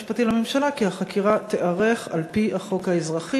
רשאי הפרקליט הצבאי הראשי,